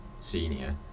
Senior